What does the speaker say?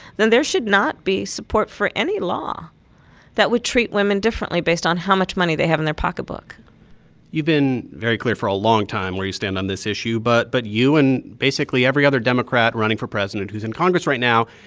then there should not be support for any law that would treat women differently based on how much money they have in their pocketbook you've been very clear for a long time where you stand on this issue. but but you and basically every other democrat running for president who's in congress right now,